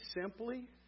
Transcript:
simply